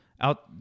out